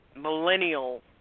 millennial